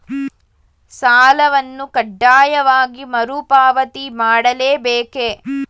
ಸಾಲವನ್ನು ಕಡ್ಡಾಯವಾಗಿ ಮರುಪಾವತಿ ಮಾಡಲೇ ಬೇಕೇ?